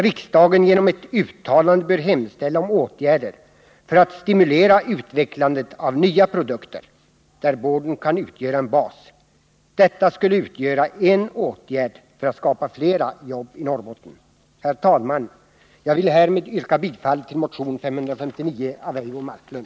Riksdagen bör genom ett uttalande hemställa om åtgärder för att stimulera utvecklandet av nya produkter, där boarden kan utgöra en bas. Detta skulle vara en åtgärd för att skapa fler jobb i Norrbotten. Herr talman! Jag vill härmed yrka bifall till motion 559 av Eivor Marklund.